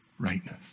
rightness